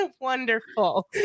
Wonderful